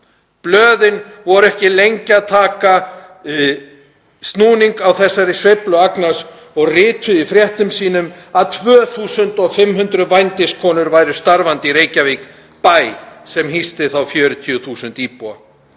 Blöðin voru ekki lengi að taka snúning á þessari sveiflu Agnars og rituðu í fréttum sínum að 2.500 vændiskonur væru starfandi í Reykjavík, bæ sem hýsti þá 40.000 íbúa.